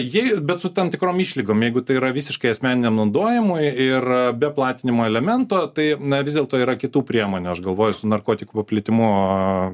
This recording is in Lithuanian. jį bet su tam tikrom išlygom jeigu tai yra visiškai asmeniniam naudojimui ir be platinimo elemento tai na vis dėlto yra kitų priemonių aš galvoju su narkotikų paplitimu